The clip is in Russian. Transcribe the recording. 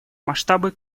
масштабы